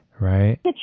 right